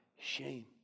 shame